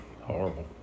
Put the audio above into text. horrible